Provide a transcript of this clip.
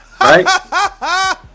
right